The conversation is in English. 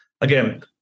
again